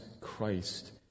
Christ